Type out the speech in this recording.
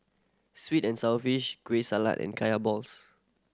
sweet and sour fish Kueh Salat and Kaya balls